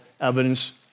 evidence